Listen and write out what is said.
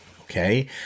okay